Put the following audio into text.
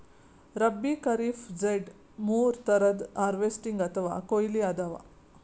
ರಬ್ಬೀ, ಖರೀಫ್, ಝೆಡ್ ಮೂರ್ ಥರದ್ ಹಾರ್ವೆಸ್ಟಿಂಗ್ ಅಥವಾ ಕೊಯ್ಲಿ ಅದಾವ